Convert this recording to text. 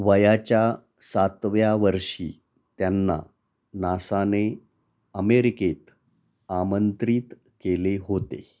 वयाच्या सातव्या वर्षी त्यांना नासाने अमेरिकेत आमंत्रित केले होते